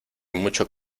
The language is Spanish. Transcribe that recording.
mucho